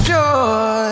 Joy